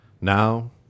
Now